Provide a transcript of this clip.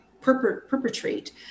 perpetrate